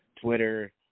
Twitter